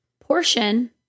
portion